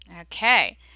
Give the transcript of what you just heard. Okay